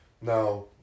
Now